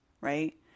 right